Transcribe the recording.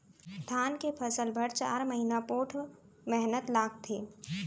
धान के फसल बर चार महिना पोट्ठ मेहनत लागथे